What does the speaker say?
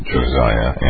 Josiah